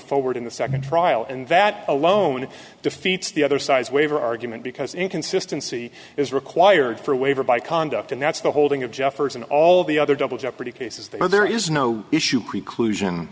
forward in the second trial and that alone defeats the other side's waiver argument because inconsistency is required for a waiver by conduct and that's the holding of jefferson all the other double jeopardy cases that are there is no issue preclus